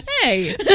Hey